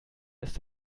ist